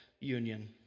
union